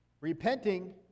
repenting